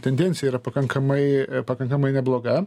tendencija yra pakankamai pakankamai nebloga